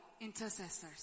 intercessors